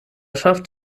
schafft